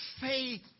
faith